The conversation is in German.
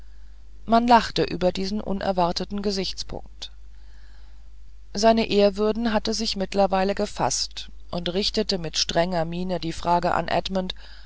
man lachte über diesen unerwarteten gesichtspunkt seine ehrwürden hatte sich mittlerweile gefaßt und richtete mit strenger miene die frage an edmund